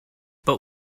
but